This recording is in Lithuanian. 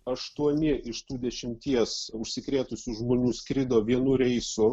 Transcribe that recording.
aštuoni iš tų dešimties užsikrėtusių žmonių skrido vienu reisu